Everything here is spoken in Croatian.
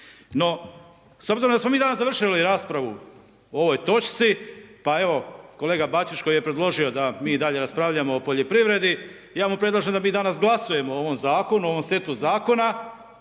No, s obzirom da smo mi danas završili raspravu o ovoj točci, pa evo kolega Bačić koji je predložio da mi i dalje raspravljamo o poljoprivredi ja mu predlažem da mi danas glasujemo o ovom zakonu, ovom setu zakona,